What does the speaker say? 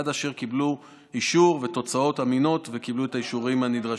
עד אשר קיבלו אישור ותוצאות אמינות וקיבלו את האישורים הנדרשים.